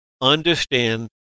understand